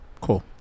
Cool